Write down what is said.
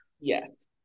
Yes